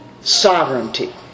sovereignty